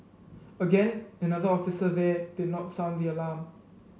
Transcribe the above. again another officer there did not sound the alarm